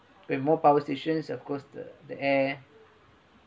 when more power stations of course the the air